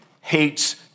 hates